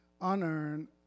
unearned